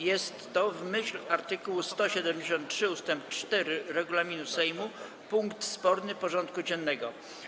Jest to, w myśl art. 173 ust. 4 regulaminu Sejmu, punkt sporny porządku dziennego.